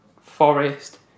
Forest